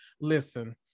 listen